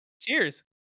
Cheers